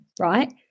right